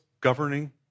governing